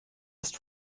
ist